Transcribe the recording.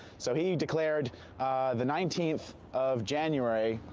so he declared the nineteenth of january,